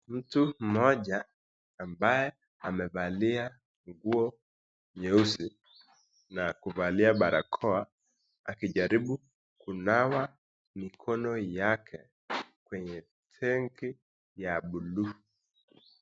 Mtu moja ambaye amevalia nguo nyeusi na kuvalia barakoa akijaribu kunawa mikono yake kwenye tangi ya buluu.